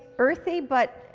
earthy but